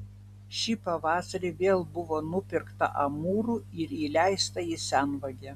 o šį pavasarį vėl buvo nupirkta amūrų ir įleista į senvagę